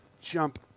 jump